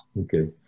okay